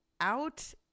out